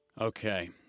Okay